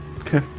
Okay